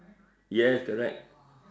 yes correct